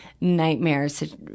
nightmares